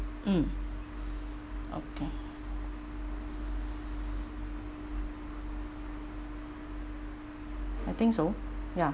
mm okay I think so ya